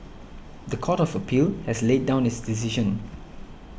the Court of Appeal has laid down its decision